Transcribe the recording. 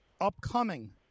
upcoming